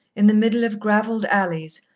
in the middle of gravelled alleys,